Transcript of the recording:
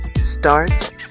starts